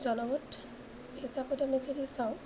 জনমত হিচাপত আমি যদি চাওঁ